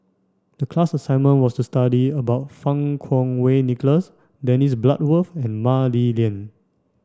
the class assignment was to study about Fang Kuo Wei Nicholas Dennis Bloodworth and Mah Li Lian